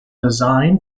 design